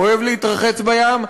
אוהב להתרחץ בים,